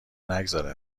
نگذره